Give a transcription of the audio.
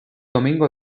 domingo